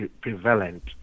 prevalent